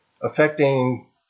affecting